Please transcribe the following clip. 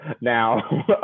now